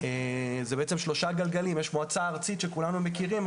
זה למעשה שלושה גלגלים: יש מועצה ארצית שכולנו מכירים,